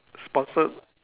sponsored